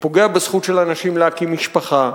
הוא פוגע בזכות של אנשים להקים משפחה,